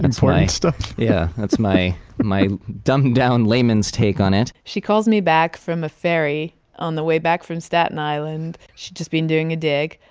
that's why important stuff. yeah. that's my my dumbed down, layman's take on it she calls me back from a ferry on the way back from staten island. she's just been doing a dig.